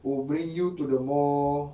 will bring you to the more